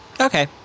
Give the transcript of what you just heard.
Okay